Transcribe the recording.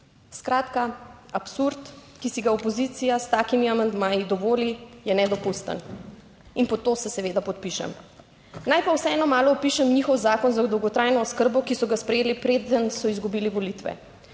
Skratka, absurd, ki si ga opozicija s takimi amandmaji dovoli, je nedopusten. In pod to se seveda podpišem. Naj pa vseeno malo opišem njihov Zakon za dolgotrajno oskrbo, ki so ga sprejeli preden so izgubili volitve.